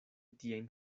tiajn